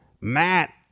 Matt